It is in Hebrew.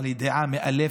אבל היא דעה מאלפת,